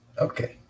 Okay